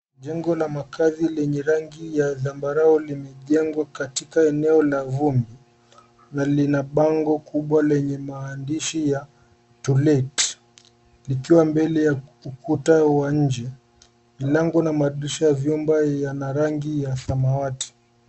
Jengo la makaazi lenye rangi ya zambarau limejengwa katika eneo la vumbi na lina bango kubwa lenye maandishi ya to let likiwa mbele ya ukuta wa nje. Milango na madirisha ya vyumba yana rangi ya samawati.